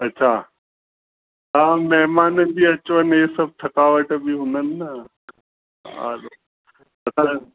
अछा हा महमाननि जी अचुवञु इहे सभु थकावट बि हूंदनि न हलो